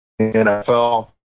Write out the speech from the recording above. NFL